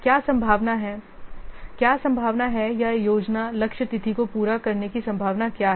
क्या संभावना है क्या संभावना है या योजना लक्ष्य तिथि को पूरा करने की संभावना क्या है